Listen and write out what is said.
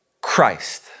Christ